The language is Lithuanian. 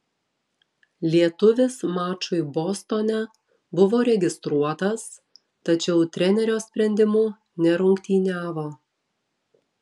lietuvis mačui bostone buvo registruotas tačiau trenerio sprendimu nerungtyniavo